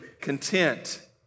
content